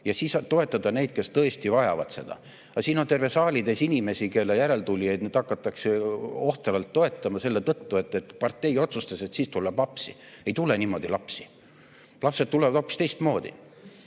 ja siis toetada neid, kes tõesti vajavad seda. Aga siin on terve saalitäis inimesi, kelle järeltulijaid nüüd hakatakse ohtralt toetama selle tõttu, et partei otsustas, et siis tuleb lapsi. Ei tule niimoodi lapsi. Lapsed tulevad hoopis teistmoodi.